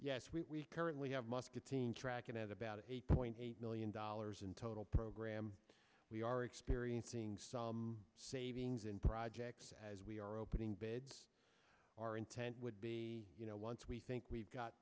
yes we currently have muscatine tracking at about eight point eight million dollars in total program we are experiencing some savings in projects as we are opening bids our intent would be you know once we think we've